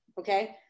Okay